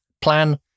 plan